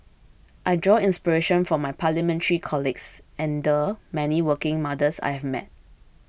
I draw inspiration from my Parliamentary colleagues and the many working mothers I have met